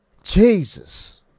Jesus